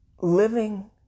living